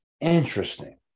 interesting